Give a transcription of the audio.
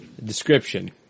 Description